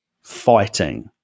fighting